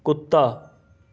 کُتّا